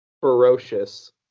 ferocious